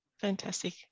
Fantastic